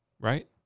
right